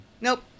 nope